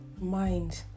mind